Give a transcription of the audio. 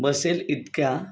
बसेल इतक्या